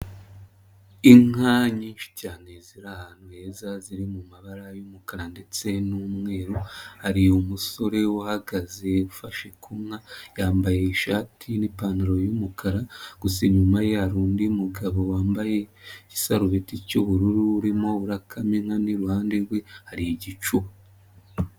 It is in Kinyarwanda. Inka nyinshi cyane ziri ahantu heza ziri mu mabara y'umukara ndetse n'umweru, hari umusore uhagaze ufashe ku nka yambaye ishati n'ipantaro y'umukara, gusa inyuma ya undi mugabo wambaye isarubeti cy'ubururu urimo akamena iruhande rwe hari igicuba.